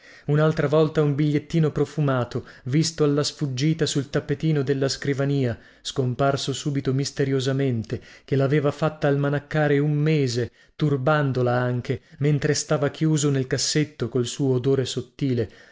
unaltra volta un bigliettino profumato visto alla sfuggita sul tappetino della scrivania scomparso subito misteriosamente che laveva fatta almanaccare un mese turbandola anche mentre stava chiuso nel cassetto col suo odore sottile